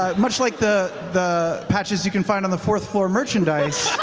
um much like the the patches you can find on the fourth floor merchandise